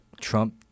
Trump